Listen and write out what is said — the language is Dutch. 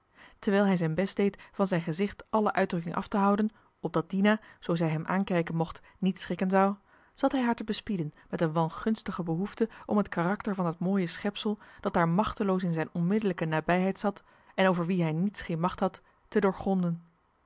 terwijl hij zijn best deed van zijn gezicht alle uitdrukking af te houden opdat dina zoo zij hem aankijken mocht niet schrikken zou zat hij haar te bespieden met een wangunstige behoefte om het karakter van dat mooie schepsel dat daar machteloos in zijn onmiddellijke nabijheid zat en over wie hij niets geen macht had te doorgronden